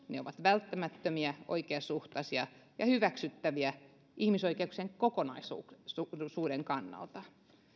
ne ovat välttämättömiä oikeasuhtaisia ja hyväksyttäviä ihmisoikeuksien kokonaisuuden kannalta